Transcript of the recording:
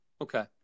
Okay